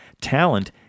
Talent